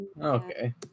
Okay